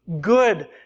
Good